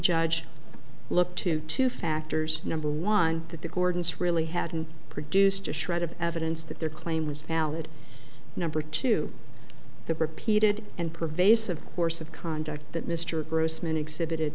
judge look to two factors number one that the gordons really hadn't produced a shred of evidence that their claim was valid number two the repeated and pervasive course of conduct that mr grossman exhibited